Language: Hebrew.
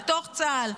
בתוך צה"ל,